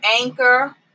Anchor